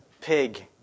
pig